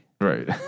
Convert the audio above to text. Right